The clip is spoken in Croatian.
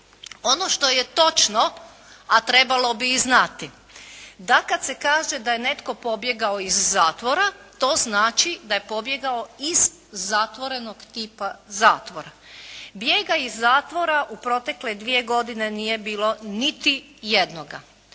Ono što je točno a trebalo bi i znati da kad se kaže da je netko pobjegao iz zatvora to znači da je pobjegao iz zatvorenog tipa zatvora. Bijega iz zatvora u protekle dvije godine nije bilo niti jednoga.